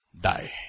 die